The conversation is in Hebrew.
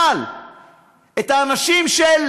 את אנשי הממשל,